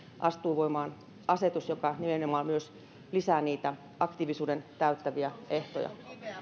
astuu voimaan asetus joka nimenomaan myös lisää niitä aktiivisuuden täyttäviä ehtoja